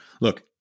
look